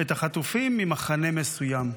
את החטופים ממחנה מסוים.